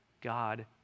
God